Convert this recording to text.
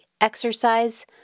exercise